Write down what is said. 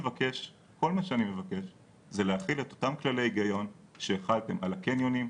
כל מה שאני מבקש זה להחיל את אותם כללי היגיון שהחלתם על הקניונים,